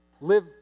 live